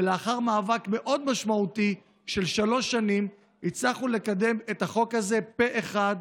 ולאחר מאבק מאוד משמעותי של שלוש שנים הצלחנו לקדם את החוק הזה פה אחד,